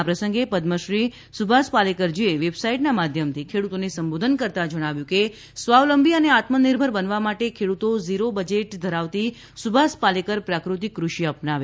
આ પ્રસંગે પદ્મશ્રી સુભાષ પાલેકરજીએ વેબસાઇટના માધ્યમથી ખેડૂતોને સંબોધન કરતાં જણાવ્યું હતું કે સ્વાવલંબી અને આત્મનિર્ભર બનવા માટે ખેડૂતો ઝીરો બજેટ ધરાવતી સુભાષ પાલેકર પ્રાકૃતિક કૃષિ અપનાવે